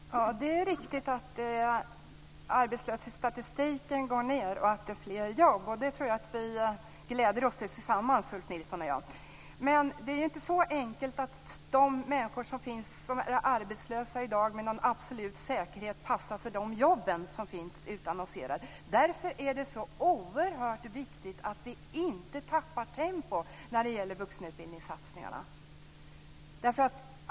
Fru talman! Det är riktigt att arbetslöshetsstatistiken går ned och att det finns fler jobb. Det tror jag att vi gläder oss åt tillsammans, Ulf Nilsson och jag. Men det är inte så enkelt att de människor som är arbetslösa i dag med någon absolut säkerhet passar för de jobb som finns utannonserade. Därför är det så oerhört viktigt att vi inte tappar tempo när det gäller satsningarna på vuxenutbildning.